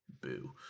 Boo